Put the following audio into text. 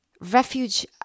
refuge